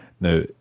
Now